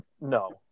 No